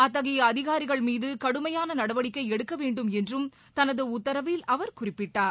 அத்தகைய அதிகாரிகள் மீது கடுமையான நடவடிக்கை எடுக்க வேண்டும் என்றும் தனது உத்தரவில் அவர் குறிப்பிட்டார்